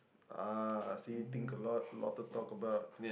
ah see think a lot a lot to talk about